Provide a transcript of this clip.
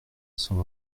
cent